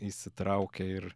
įsitraukia ir